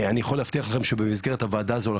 אני יכול להבטיח לכם שבמסגרת הוועדה הזאת אנחנו